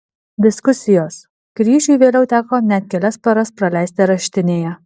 diskusijos kryžiui vėliau teko net kelias paras praleisti areštinėje